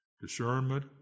Discernment